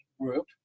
group